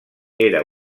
era